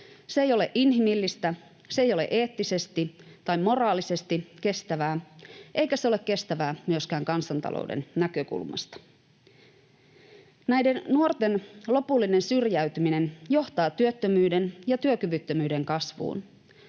Se ei ole inhimillistä, se ei ole eettisesti tai moraalisesti kestävää, eikä se ole kestävää myöskään kansantalouden näkökulmasta. Näiden nuorten lopullinen syrjäytyminen johtaa työttömyyden ja työkyvyttömyyden kasvuun.